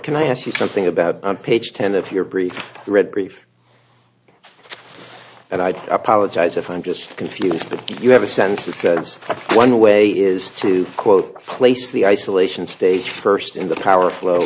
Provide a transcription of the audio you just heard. can i ask you something about on page ten of your brief read brief and i apologize if i'm just confused but you have a sense that says one way is to quote place the isolation stage first in the power flow